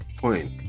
point